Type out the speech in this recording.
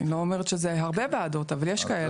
אני לא אומרת שזה הרבה ועדות, אבל יש כאלה.